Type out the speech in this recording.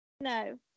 No